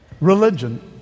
religion